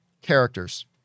characters